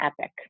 Epic